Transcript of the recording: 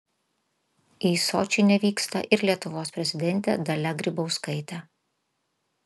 į sočį nevyksta ir lietuvos prezidentė dalia grybauskaitė